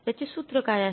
त्याचे सूत्र काय आहे